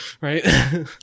right